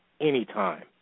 anytime